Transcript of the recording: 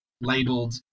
labeled